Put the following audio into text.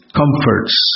comforts